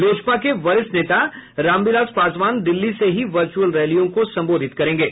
लोजपा के वरिष्ठ नेता रामविलास पासवान दिल्ली से ही वर्च्रअल रैलियों को संबोधित करेंगे